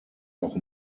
auch